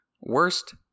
Worst